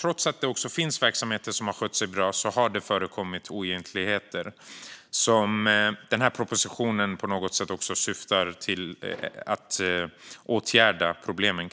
Även om det finns verksamheter som skött sig bra har vi sett att det förekommit oegentligheter på senare år, främst bland de privata aktörerna. Den här propositionen syftar till att åtgärda de problemen.